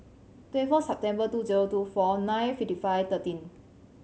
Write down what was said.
twenty four September two zero two four nine fifty five thirteen